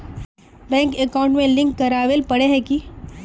Bank account में link करावेल पारे है की?